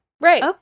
Right